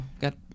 got